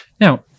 Now